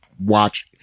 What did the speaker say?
watch